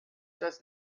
das